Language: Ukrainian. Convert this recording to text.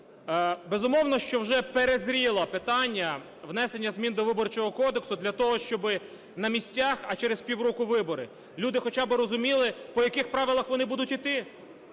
Безумовно, що вже перезріло питання внесення змін до Виборчого кодексу для того, щоби на місцях, а через півроку вибори, люди хоча би розуміли, по яких правилах вони будуть йти.